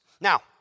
Now